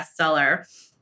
bestseller